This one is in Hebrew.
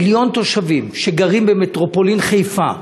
מיליון תושבים גרים במטרופולין חיפה,